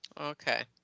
Okay